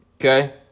okay